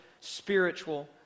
spiritual